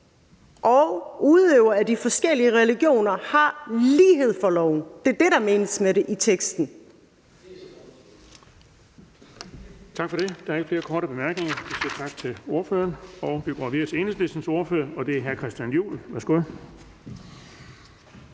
og udøvere af de forskellige religioner har lighed for loven. Det er det, der menes med det i teksten.